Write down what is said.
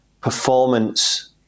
performance